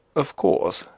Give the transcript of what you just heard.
of course.